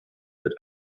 wird